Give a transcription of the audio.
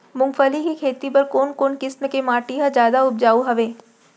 मूंगफली के खेती बर कोन कोन किसम के माटी ह जादा उपजाऊ हवये?